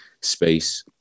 space